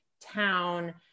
town